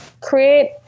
Create